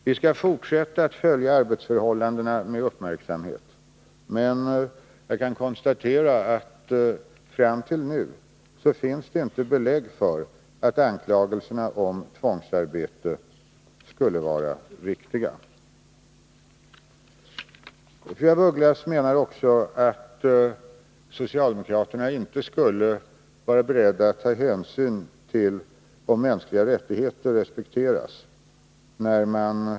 Vi skall fortsätta att följa arbetsförhållandena med uppmärksamhet, men jag kan konstatera att det fram till nu inte finns belägg för att anklagelserna om tvångsarbete skulle vara riktiga. Fru af Ugglas menar också att socialdemokraterna inte när man avväger biståndet skulle vara beredda att ta hänsyn till om mänskliga rättigheter respekteras.